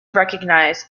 recognize